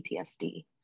PTSD